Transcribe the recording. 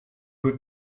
goed